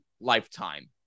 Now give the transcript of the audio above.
lifetime